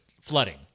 flooding